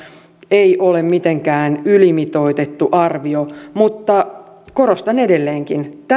ei ole mitenkään ylimitoitettu arvio mutta korostan edelleenkin